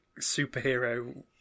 superhero